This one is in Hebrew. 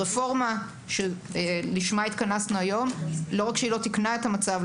הרפורמה שלשמה התכנסנו היום לא רק שהיא לא תיקנה את המצב,